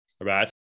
right